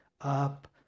up